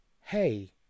hey